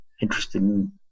interesting